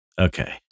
Okay